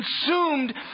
consumed